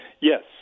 Yes